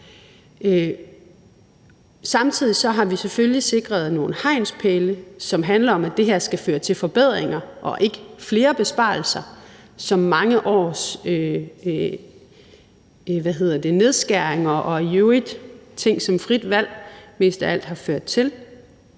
Samtidig har vi selvfølgelig sikret nogle hegnspæle, som handler om, at det her skal føre til forbedringer og ikke flere besparelser, som mange års nedskæringer og i øvrigt ting som frit valg mest af alt har ført til.